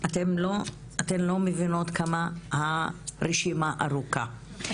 ואתן לא מבינות כמה הרשימה פה היא